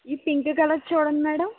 ఈ pink colour చూడండి madam